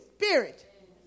spirit